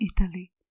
Italy